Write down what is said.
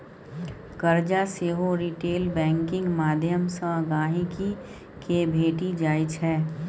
करजा सेहो retail banking माध्यमसँ गांहिकी केँ भेटि जाइ छै